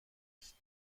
است